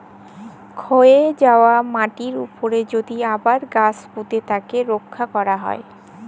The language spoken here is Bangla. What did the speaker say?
ক্ষয় যায়া মাটির উপরে যদি আবার গাছ পুঁতে তাকে রক্ষা ক্যরা হ্যয়